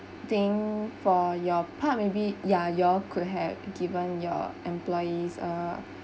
think for your part maybe ya you all could have given your employees uh